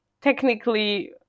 technically